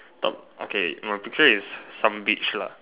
top okay my picture is some beach lah